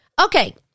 Okay